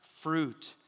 fruit